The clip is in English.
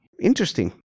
Interesting